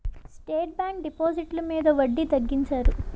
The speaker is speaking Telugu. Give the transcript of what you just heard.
స్టేట్ బ్యాంకు డిపాజిట్లు మీద వడ్డీ తగ్గించారు